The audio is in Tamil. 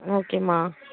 ஓகேம்மா